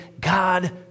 God